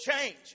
change